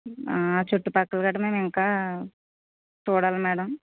ఆ చుట్టుపక్కల గట్ల మేము ఇంకా చూడాలి మేడం